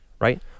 right